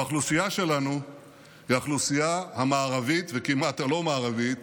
והאוכלוסייה שלנו היא האוכלוסייה המערבית וכמעט הלא-מערבית